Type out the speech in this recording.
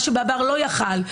מה שבעבר לא היה יכול,